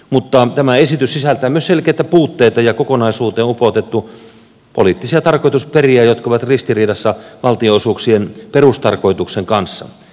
mutta tämä esitys sisältää myös selkeitä puutteita ja kokonaisuuteen on upotettu poliittisia tarkoitusperiä jotka ovat ristiriidassa valtionosuuksien perustarkoituksen kanssa